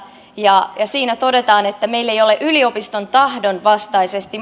ja siinä todetaan että meillä ei ei ole mahdollisuutta toimia yliopiston tahdon vastaisesti